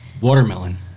watermelon